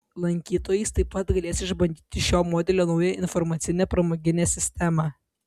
lankytojais taip pat galės išbandyti šio modelio naują informacinę pramoginė sistemą